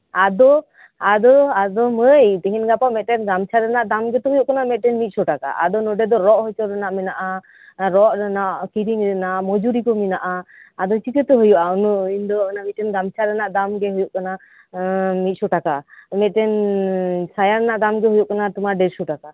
ᱟᱫᱚ ᱟᱫᱚ ᱟᱫᱚ ᱢᱟᱹᱭ ᱛᱤᱦᱤᱧ ᱜᱟᱯᱟ ᱢᱤᱜᱴᱮᱱ ᱜᱟᱢᱪᱷᱟ ᱨᱮᱱᱟᱜ ᱫᱟᱢ ᱜᱮᱛᱚ ᱦᱩᱭᱩᱜ ᱠᱟᱱᱟ ᱢᱤᱜᱴᱮᱱ ᱢᱤᱜ ᱥᱚ ᱴᱟᱠᱟ ᱟᱫᱚ ᱱᱚᱰᱮ ᱫᱚ ᱨᱚᱜ ᱪᱚ ᱨᱮᱱᱟᱜ ᱢᱮᱱᱟᱜᱼᱟ ᱨᱚᱜ ᱨᱮᱱᱟᱜ ᱠᱤᱨᱤᱧ ᱨᱮᱱᱟᱜ ᱢᱚᱡᱩᱨᱤ ᱠᱚ ᱢᱮᱱᱟᱜᱼᱟ ᱟᱫᱚ ᱪᱤᱠᱟᱹᱛᱮ ᱦᱩᱭᱩᱜᱼᱟ ᱩᱱᱟᱹᱜ ᱤᱧ ᱫᱚ ᱢᱤᱜᱴᱮᱱ ᱜᱟᱢᱪᱷᱟ ᱨᱮᱱᱟᱜ ᱫᱟᱢ ᱜᱮ ᱦᱩᱭᱩᱜ ᱠᱟᱱᱟ ᱢᱤᱜ ᱥᱚ ᱴᱟᱠᱟ ᱢᱤᱜᱴᱮᱱ ᱥᱟᱭᱟ ᱨᱮᱱᱟᱜ ᱫᱟᱢ ᱜᱮ ᱦᱩᱭᱩᱜ ᱠᱟᱱᱟ ᱛᱳᱢᱟᱨ ᱰᱮᱲᱥᱚ ᱴᱟᱠᱟ